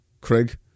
Craig